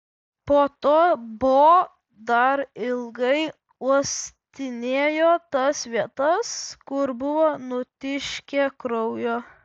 po to bo dar ilgai uostinėjo tas vietas kur buvo nutiškę kraujo